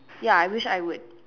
ya I wish I would